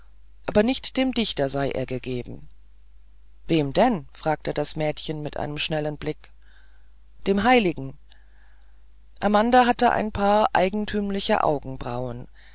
aber nicht dem dichter sei er gegeben wem denn fragte das mädchen mit einem schnellen blick dem heiligen amanda hatte ein paar eigentümliche augenbrauen